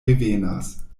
revenas